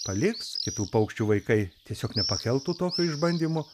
paliks kitų paukščių vaikai tiesiog nepakeltų tokio išbandymo